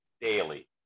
daily